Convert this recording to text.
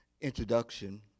introduction